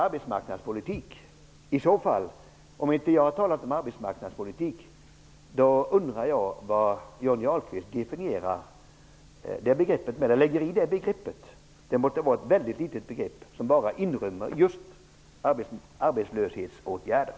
Om jag inte har talat om arbetsmarknadspolitik undrar jag hur Johnny Ahlqvist definierar det begreppet. Det måtte vara ett mycket litet begrepp som bara inrymmer arbetslöshetsåtgärder.